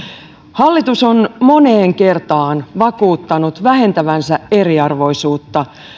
hallitus on moneen kertaan vakuuttanut vähentävänsä eriarvoisuutta